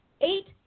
eight